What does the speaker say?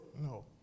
No